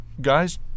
guys